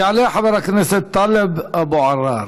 יעלה חבר הכנסת טלב אבו עראר,